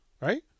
right